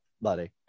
buddy